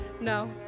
No